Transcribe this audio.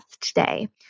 today